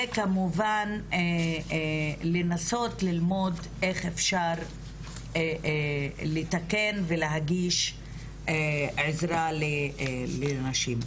וכמובן לנסות ללמוד איך אפשר לתקן ולהגיש עזרה לנשים.